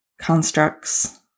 constructs